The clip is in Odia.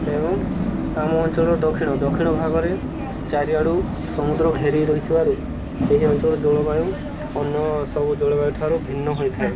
ଏବଂ ଆମ ଅଞ୍ଚଳର ଦକ୍ଷିଣ ଦକ୍ଷିଣ ଭାଗରେ ଚାରିଆଡ଼ୁ ସମୁଦ୍ର ଘେରି ରହିଥିବାରୁ ଏହି ଅଞ୍ଚଳର ଜଳବାୟୁ ଅନ୍ୟ ସବୁ ଜଳବାୟୁଠାରୁ ଭିନ୍ନ ହୋଇଥାଏ